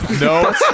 No